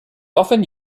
often